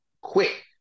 Quick